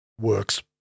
works